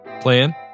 plan